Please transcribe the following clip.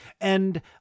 And-